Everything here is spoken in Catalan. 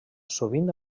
sovint